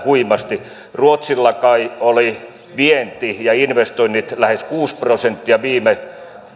huimasti ruotsilla kai oli vienti ja investoinnit lähes kuusi prosenttia viime